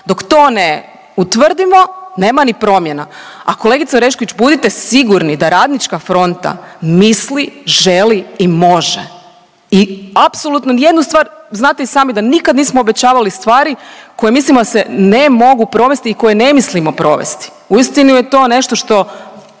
dok to ne utvrdimo nema ni promjena. A kolegice Orešković budite sigurni da Radnička fronta misli, želi i može i apsolutno ni jednu stvar, znate i sami da nikad nismo obećavali stvari koje mislimo da se ne mogu provesti i koje ne mislimo provesti. Uistinu je to nešto što